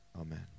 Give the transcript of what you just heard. amen